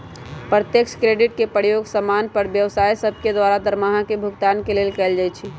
प्रत्यक्ष क्रेडिट के प्रयोग समान्य पर व्यवसाय सभके द्वारा दरमाहा के भुगतान के लेल कएल जाइ छइ